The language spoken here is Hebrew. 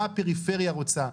מה הפריפריה רוצה.